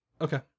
Okay